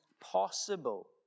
possible